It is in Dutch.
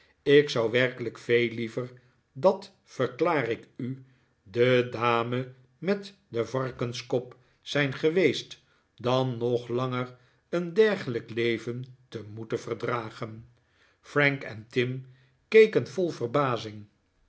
ik zou werkelijk veel liever dat verklaar ik u de dame met den varkenskop zijn geweest dan nog langer een dergelijk leven te moeten verdragen frank en tim kekeh vol verbazing